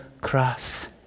cross